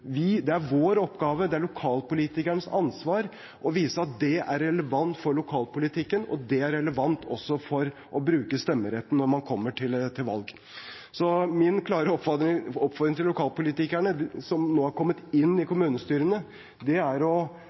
Det er vår oppgave, og det er lokalpolitikernes ansvar, å vise at det er relevant for lokalpolitikken – og det er relevant også for å bruke stemmeretten når man kommer til valg. Så min klare oppfordring til lokalpolitikerne som nå har kommet inn i kommunestyrene, er å